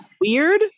weird